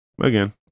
Again